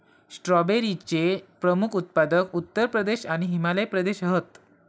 स्ट्रॉबेरीचे प्रमुख उत्पादक उत्तर प्रदेश आणि हिमाचल प्रदेश हत